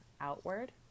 outward